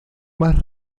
más